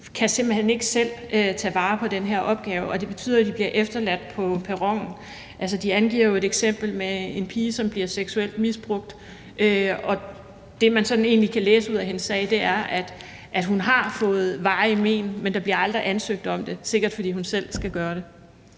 simpelt hen ikke selv kan tage vare på den her opgave, og det betyder, at de bliver efterladt på perronen. Altså, de angiver jo et eksempel med en pige, som bliver seksuelt misbrugt, og det, som man egentlig kan læse ud af hendes sag, er, at hun har fået varige men, men at der aldrig bliver ansøgt om det, sikkert fordi hun selv skal gøre det.